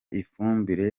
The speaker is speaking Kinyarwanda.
ifumbire